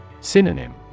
Synonym